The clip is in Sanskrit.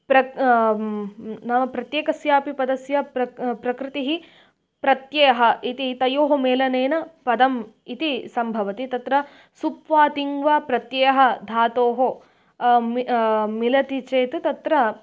प्रक् नाम प्रत्येकस्यापि पदस्य प्रक् प्रकृतिः प्रत्ययः इति तयोः मेलनेन पदम् इति सम्भवति तत्र सुप्वा तिङ् वा प्रत्ययः धातोः मि मिलति चेत् तत्र